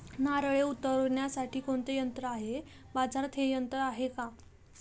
नारळे उतरविण्यासाठी कोणते यंत्र आहे? बाजारात हे यंत्र आहे का?